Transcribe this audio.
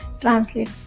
translate